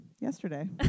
Yesterday